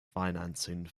financing